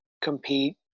compete